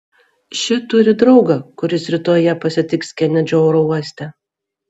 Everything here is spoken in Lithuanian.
ši turi draugą kuris rytoj ją pasitiks kenedžio oro uoste